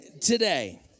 today